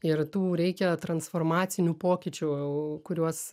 ir tų reikia transformacinių pokyčių kuriuos